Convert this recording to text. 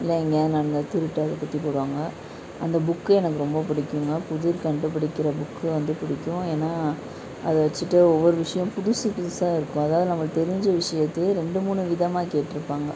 இல்லை எங்கேயாவது நடந்த திருட்டு அதை பற்றி போடுவாங்கள் அந்த புக்கு எனக்கு ரொம்ப பிடிக்குங்க புதிர் கண்டுபிடிக்கிற புக்கு வந்து பிடிக்கும் ஏன்னால் அதை வச்சிகிட்டு ஒவ்வொரு விஷயம் புதுசு புதுசாக இருக்கும் அதாவது நமக்கு தெரிஞ்ச விஷயத்தையே ரெண்டு மூணு விதமாக கேட்ருப்பாங்கள்